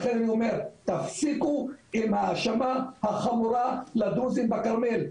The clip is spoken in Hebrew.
ולכן אני אומר תפסיקו עם האשמה החמורה לדרוזים בכרמל.